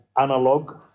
analog